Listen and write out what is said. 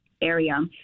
Area